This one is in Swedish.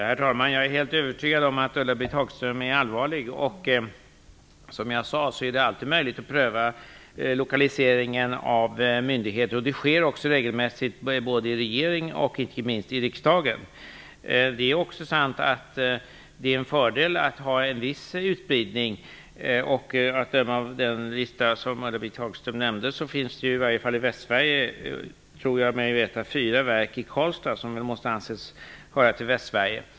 Herr talman! Jag är helt övertygad om att Ulla Britt Hagström är allvarlig. Som jag sade är det alltid möjligt att pröva lokaliseringen av myndigheter. Det sker också regelmässigt både i regeringen och icke minst i riksdagen. Det är också sant att det är en fördel att ha en viss utspridning, och att döma av den lista som Ulla-Britt Hagström nämnde finns det i varje fall fyra statliga verk i Karlstad, som måste anses höra till Västsverige.